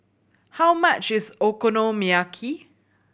how much is Okonomiyaki